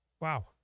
Wow